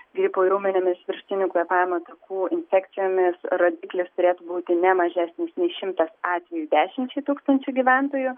gripu ir ūminėmis viršutinių kvėpavimo takų infekcijomis rodiklis turėtų būti ne mažesnis nei šimtas atvejų dešimčiai tūkstančių gyventojų